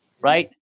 right